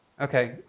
Okay